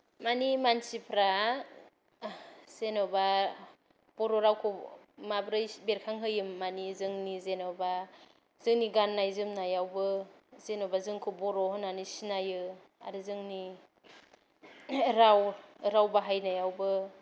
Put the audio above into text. माने मानसिफ्रा ओ जेनबा बर' रावखौ माब्रै बेरखांहोयो माने जोंनि जेनबा जोंनि गाननाय जोमनायावबो जेनबा जोंखौ बर' होननानै सिनायो आरो जोंनि राव राव बाहायनायावबो